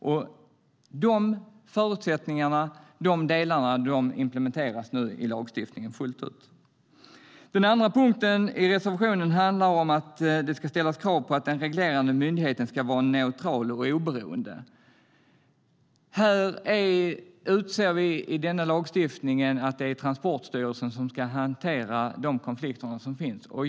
Dessa förutsättningar implementeras nu i lagstiftningen fullt ut. Den andra punkten i reservationen handlar om att det ska ställas krav på att den reglerande myndigheten ska vara neutral och oberoende. I denna lagstiftning utser vi Transportstyrelsen till att hantera de konflikter som finns.